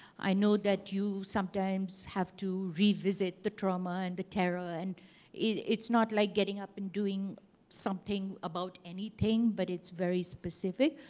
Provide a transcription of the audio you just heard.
i know that you sometimes have to revisit the trauma and the terror. and it's not like getting up and doing something about anything, but it's very specific.